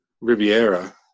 Riviera